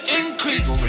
increase